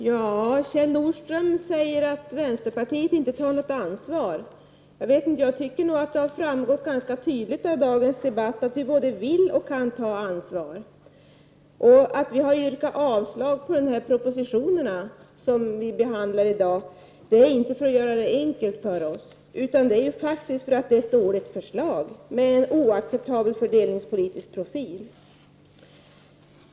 Fru talman! Kjell Nordström säger att vänsterpartiet inte tar något ansvar. Jag tycker att det har framgått ganska tydligt av dagens debatt att vi både vill och kan ta ansvar. Att vi har yrkat avslag på propositionen är inte för att göra det enkelt för oss, utan vi har gjort det faktiskt därför att det är ett dåligt förslag med en oacceptabel fördelningspolitisk profil.